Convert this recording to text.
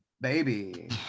baby